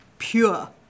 Pure